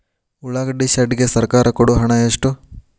ಉಳ್ಳಾಗಡ್ಡಿ ಶೆಡ್ ಗೆ ಸರ್ಕಾರ ಕೊಡು ಹಣ ಎಷ್ಟು?